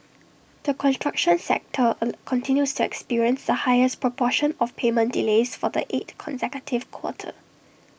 the construction sector A continues to experience the highest proportion of payment delays for the eight consecutive quarter